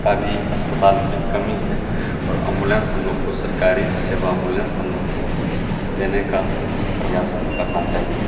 का भी अस्पताल क कमी है और अम्बोलेंस हम लोग को सरकारी सेवा अम्बोलेंस हम लोग को देने का प्रयास करना चाहिए